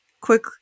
quick